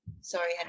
Sorry